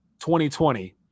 2020